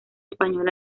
española